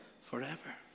forever